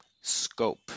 scope